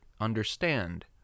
understand